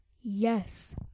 Yes